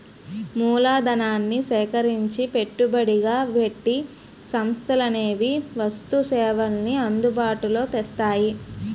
మూలధనాన్ని సేకరించి పెట్టుబడిగా పెట్టి సంస్థలనేవి వస్తు సేవల్ని అందుబాటులో తెస్తాయి